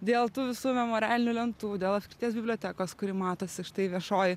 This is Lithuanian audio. dėl tų visų memorialinių lentų dėl apskrities bibliotekos kuri matosi štai viešoji